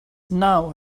now